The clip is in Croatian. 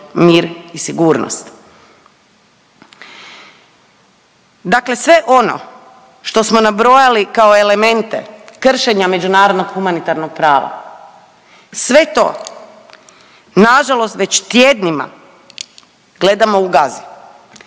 mir i sigurnost. Dakle, sve ono što smo nabrojali kao elemente kršenja međunarodnog humanitarnog prava, sve to nažalost već tjednima gledamo u Gazi.